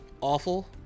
awful